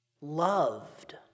loved